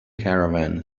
caravan